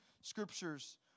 scriptures